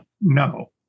No